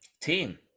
team